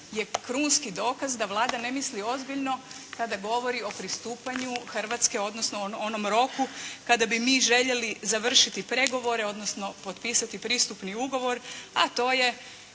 je krunski dokaz da Vlada ne misli ozbiljno kada govori o pristupanju Hrvatske, odnosno onom roku kada bi mi željeli završiti pregovor, odnosno potpisati pristupni ugovor a to je